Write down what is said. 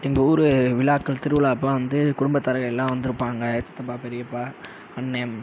எங்கள் ஊர் விழாக்கள் திருவிழாவுக்கு வந்து குடும்பத்தார்கள் எல்லாம் வந்திருப்பாங்க சித்தப்பா பெரியப்பா அண்ணே